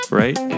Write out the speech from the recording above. right